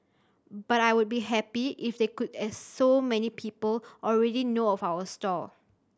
but I would be happy if they could as so many people already know of our stall